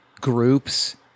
groups